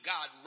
God